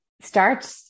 start